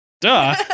Duh